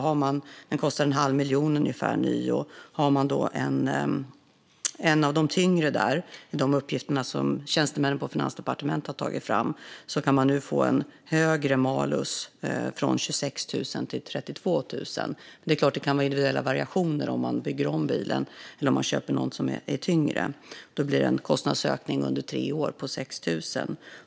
En ny kostar ungefär en halv miljon. De uppgifter som tjänstemännen på departementet har tagit fram visar att en tyngre bil ger en högre malus, från 26 000 till 32 000. Det är klart att det kan vara fråga om individuella variationer om man bygger om bilen eller köper en som är tyngre. Då blir det en kostnadsökning under tre år på 6 000.